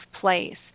place